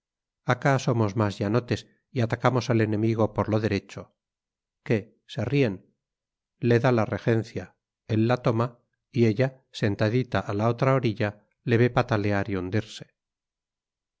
acá somos más llanotes y atacamos al enemigo por lo derecho qué se ríen le da la regencia él la toma y ella sentadita a la otra orilla le ve patalear y hundirse